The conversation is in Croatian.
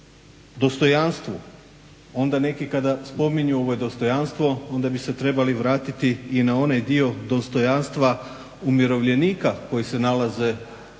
dostojanstvu onda neki kada spominju dostojanstvo onda bi se trebali vratiti dostojanstva umirovljenika koji se nalaze u